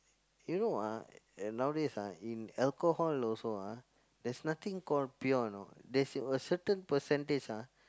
you know ah nowadays ah in alcohol also ah there's nothing called pure you know there's a certain percentage ah